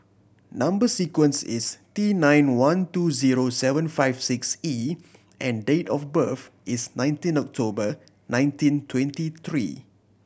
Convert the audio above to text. number sequence is T nine one two zero seven five six E and date of birth is nineteen October nineteen twenty three